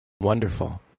Wonderful